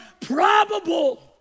probable